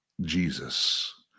Jesus